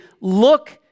look